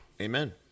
Amen